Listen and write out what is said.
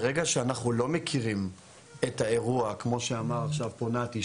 ברגע שאנחנו לא מכירים את האירוע כמו שאמר עכשיו פה נתי,